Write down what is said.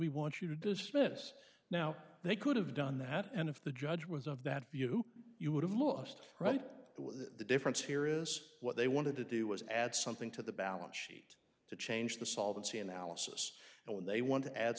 we want you to dismiss now they could have done that and if the judge was of that view you would have lost right the difference here is what they wanted to do was add something to the balance sheet to change the solvency analysis and when they want to add